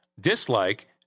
dislike